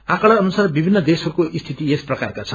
आकड़ा अनुसार विभिन्न देशहरूको स्थिति यस प्रक्वर छन्